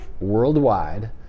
Worldwide